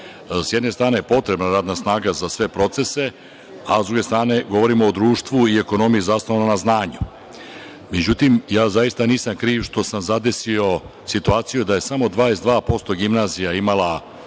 jedne strane je potrebna radna snaga za sve procese, a sa druge strane govorimo o društvu i ekonomiji zasnovanoj na znanju. Međutim, ja zaista nisam kriv što sam zadesio situaciju da je samo 22% gimnazija imala